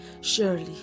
Surely